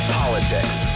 politics